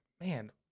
man